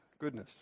goodness